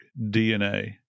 DNA